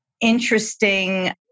interesting